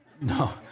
No